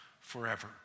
forever